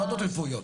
ועדות רפואיות.